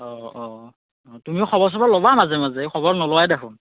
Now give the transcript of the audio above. অ অ তুমিও খবৰ সবৰ ল'বা মাজে মাজে খবৰ নোলোৱাই দেখোন